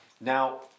Now